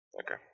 Okay